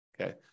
Okay